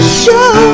show